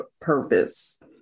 purpose